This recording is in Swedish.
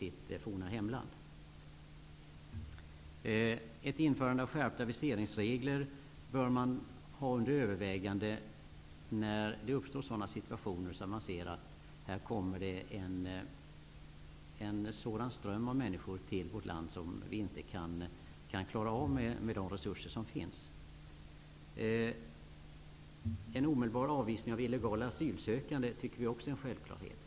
Man bör ha ett införande av skärpta viseringsregler under övervägande för sådana situationer där en sådan stor ström av människor kommer till vårt land att vi ser att vi med befintliga resurser inte kan klara av att ta emot en sådan. En omedelbar avvisning av illegala asylsökande tycker vi i Ny demokrati också är en självklarhet.